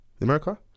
America